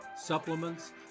supplements